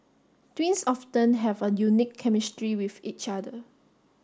twins often have a unique chemistry with each other